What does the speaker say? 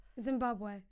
Zimbabwe